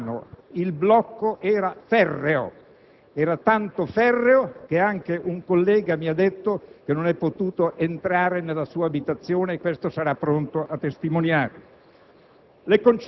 Invano. Il blocco era ferreo. Era tanto ferreo che anche un collega mi ha detto di non essere potuto entrare nella sua abitazione e questo sarà pronto a testimoniare.